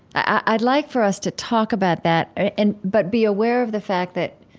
i'd like for us to talk about that, and but be aware of the fact that